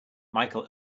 michael